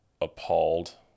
appalled